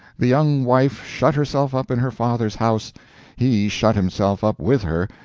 the young wife shut herself up in her father's house he shut himself up with her,